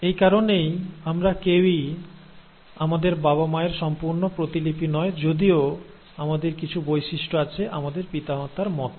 এই কারণেই আমরা কেউই আমাদের বাবা মায়ের সম্পূর্ণ প্রতিলিপি নয় যদিও আমাদের কিছু বৈশিষ্ট্য আছে আমাদের পিতা মাতার মত